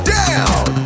down